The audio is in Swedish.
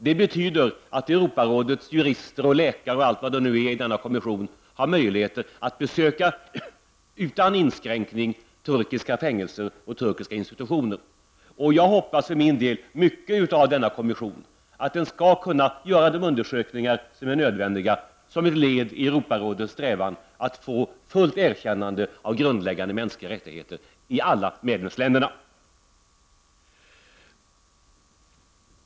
Det betyder att Europarådets jurister, läkare, m.m. i denna kommission har möjligheter att utan inskränkning besöka turkiska fängelser och institutioner. Jag hoppas för min del på mycket av denna kommission, att den skall kunna göra de undersökningar som är nödvändiga som ett led i Europarådets strävan att få fullt erkännande av grundläggande mänskliga rättigheter i alla medlemsländer.